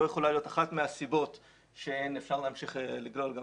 זו יכולה להיות אחת מהסיבות למיעוט הערעורים.